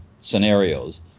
scenarios